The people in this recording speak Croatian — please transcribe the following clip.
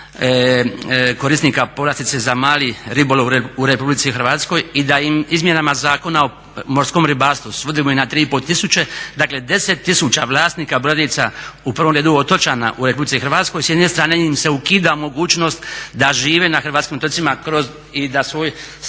korisnika povlastice za mali ribolov u RH i da izmjenama Zakona o morskom ribarstvu svodimo ih na 3,5 tisuće. Dakle, 10 tisuća vlasnika brodica, u provom redu otočana u RH, s jedne strane im se ukida mogućnost da žive na hrvatskim otocima i da svoj